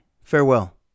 Farewell